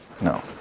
No